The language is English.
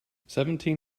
seventeen